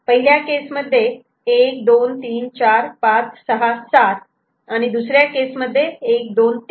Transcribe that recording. पहिल्या केस मध्ये 1 2 3 4 5 6 7 दुसऱ्या केस मध्ये 1 2 3